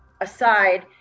aside